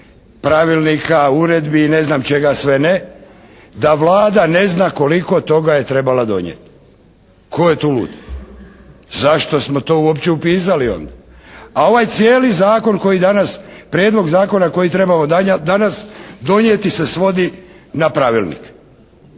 pravilnika, uredbe i ne znam čega sve ne da Vlada ne zna koliko toga je trebala donijeti. Tko je tu lud? Zašto smo to uopće upisali onda? A ovaj cijeli zakon koji danas, prijedlog zakona koji je trebao danas donijeti se svodi na pravilnik.